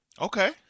Okay